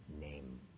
name